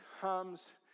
comes